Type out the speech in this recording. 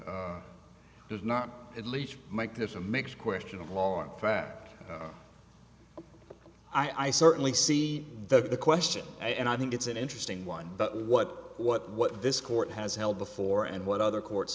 does not at least make this a mix question of law in fact i certainly see the question and i think it's an interesting one but what what what this court has held before and what other courts